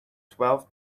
twelve